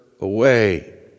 away